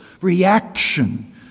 reaction